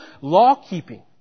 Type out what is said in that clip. law-keeping